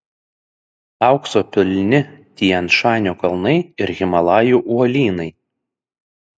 aukso pilni tian šanio kalnai ir himalajų uolynai